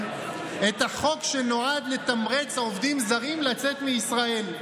את החוק שנועד לתמרץ עובדים זרים לצאת מישראל.